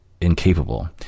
incapable